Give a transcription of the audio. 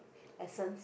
essence